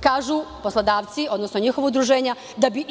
Kažu, poslodavci, odnosno njihova udruženja da bi